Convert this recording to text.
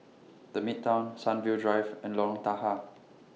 The Midtown Sunview Drive and Lorong Tahar